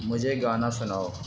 مجھے گانا سناؤ